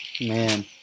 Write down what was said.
Man